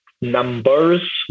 numbers